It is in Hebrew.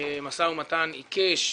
מדובר במשא ומתן עיקש,